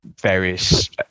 various